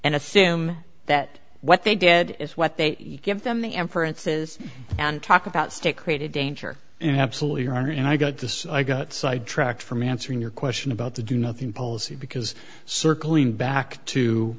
and assume that what they did is what they give them the m for and says and talk about stick created danger in absolutely your honor and i got this i got sidetracked from answering your question about the do nothing policy because circling back to